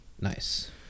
nice